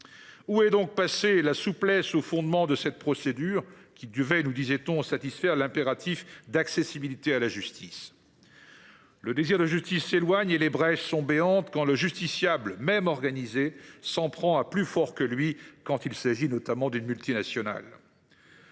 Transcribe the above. Où est donc passée la souplesse censée être au fondement de cette procédure qui devait, disait on, satisfaire l’impératif d’accessibilité de la justice ? Le désir de justice s’éloigne, et les brèches sont béantes quand le justiciable, même organisé, s’en prend à plus fort que lui, lorsqu’il s’agit d’une multinationale.